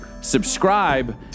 subscribe